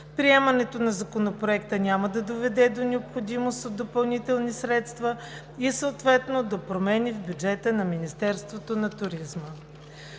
Приемането на Законопроекта няма да доведе до необходимост от допълнителни средства и съответно до промени в бюджета на Министерството на туризма.